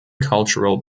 cultural